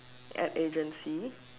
app agency